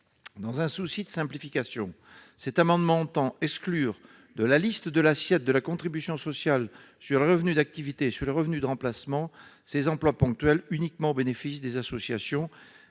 Dans un souci de simplification, cet amendement vise à exclure de la liste de l'assiette de la contribution sociale sur les revenus d'activité et de remplacement ces emplois ponctuels, uniquement au bénéfice des associations